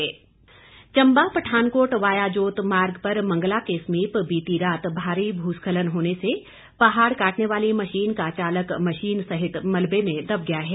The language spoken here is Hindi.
भू स्खलन चंबा पठानकोट वाया जोत मार्ग पर मंगला के समीप बीती रात भारी भू स्खलन होने से पहाड़ काटने वाली मशीन का चालक मशीन सहित मलबे में दब गया है